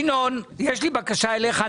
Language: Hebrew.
ינון, יש לי בקשה אליך.